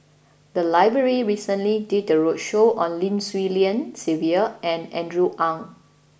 the library recently did a roadshow on Lim Swee Lian Sylvia and Andrew Ang